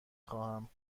خواهم